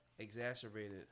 Exacerbated